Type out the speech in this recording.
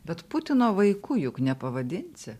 bet putino vaiku juk nepavadinsi